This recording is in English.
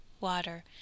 water